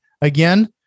again